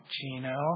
Gino